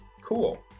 Cool